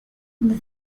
the